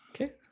Okay